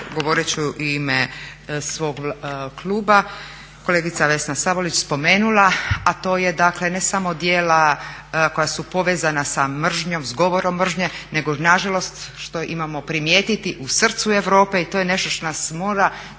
govoreći u ime svog kluba, kolegica Vesna Sabolić spomenula a to je dakle ne samo djela koja su povezana s mržnjom, s govorom mržnje nego nažalost što imamo primijetiti u srcu Europe i to je nešto što nas mora